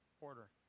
order